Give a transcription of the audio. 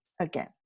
again